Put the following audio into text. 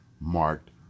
marked